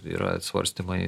yra svarstymai